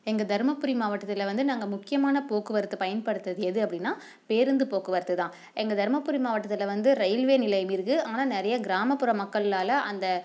எங்கள் தருமபுரி மாவட்டத்தில் வந்து நாங்கள் முக்கியமான போக்குவரத்தை பயன்படுத்துகிறது எது அப்படின்னா பேருந்து போக்குவரத்து தான் எங்கள் தருமபுரி மாவட்டத்தில் வந்து ரயில்வே நிலையம் இருக்குது ஆனால் நிறைய கிராமப்புற மக்களால் அந்த